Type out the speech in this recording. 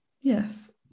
yes